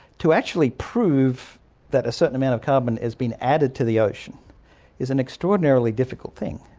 to actually prove that a certain amount of carbon has been added to the ocean is an extraordinarily difficult thing,